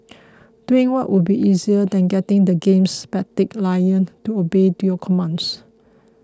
doing what would be easier than getting the game's spastic lion to obey to your commands